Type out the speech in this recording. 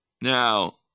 Now